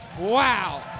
Wow